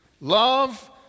love